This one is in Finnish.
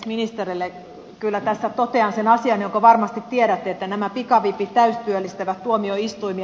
ministerille kyllä tässä totean sen asian jonka varmasti tiedätte että nämä pikavipit täystyöllistävät tuomioistuimia